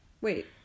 Wait